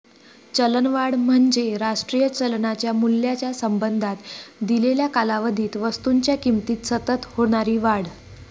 चलनवाढ म्हणजे राष्ट्रीय चलनाच्या मूल्याच्या संबंधात दिलेल्या कालावधीत वस्तूंच्या किमतीत सतत होणारी वाढ